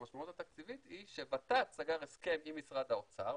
המשמעות התקציבית היא שוות"ת סגר הסכם עם משרד האוצר,